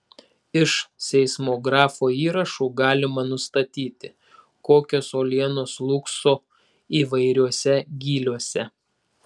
iš seismografo įrašų galima nustatyti kokios uolienos slūgso įvairiuose gyliuose